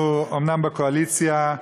אנחנו אומנם בקואליציה,